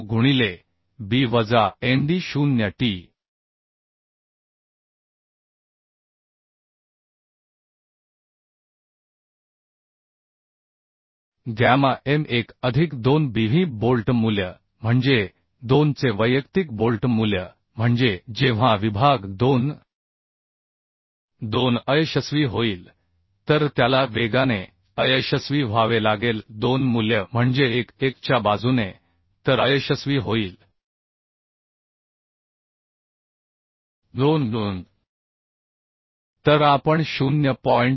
9fu गुणिले b वजा nd0 t gamma m1 अधिक 2Bv बोल्ट मूल्य म्हणजे 2 चे वैयक्तिक बोल्ट मूल्य म्हणजे जेव्हा विभाग 2 2 अयशस्वी होईल तर त्याला वेगाने अयशस्वी व्हावे लागेल 2 मूल्य म्हणजे 1 1 च्या बाजूने तर अयशस्वी होईल 2 2 तर आपण 0